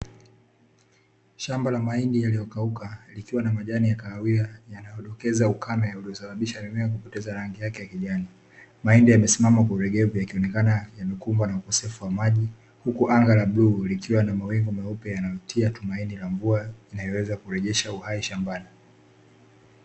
Shamba la mahindi yaliyokauka likiwa na majani ya kahawia yanayodokeza ukame uliosababisha mimea kupoteza rangi yake ya kijani. Mahindi yamesimama kwa ulegevu yakionekana yamekumbwa na ukosefu wa maji, huku anga la bluu likiwa na mawingu meupe yanayotia tumaini la mvua inayoweza kurejesha uhai shambani.